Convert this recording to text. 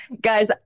guys